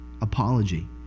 apology